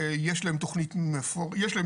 יש להם תכנית מתאר,